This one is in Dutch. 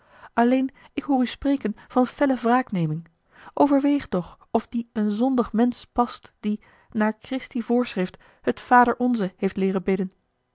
alleen ik hoor u spreken van felle wraakneming overweeg doch of die een zondig mensch past die naar christi voorschrift het vader onze heeft leeren bidden